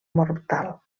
mortal